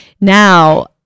now